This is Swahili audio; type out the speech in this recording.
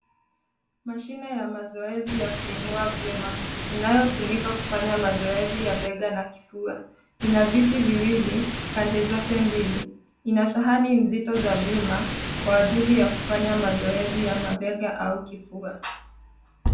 Mashine ya mazoezi ya kuinua vyuma inayotumika kufanya mazoezi ya mabega na kifua, ina viti viwili pande zote mbili, ina sahani nzito za vyuma kwa ajili ya kufanya mazoezi ya mabega au kifua.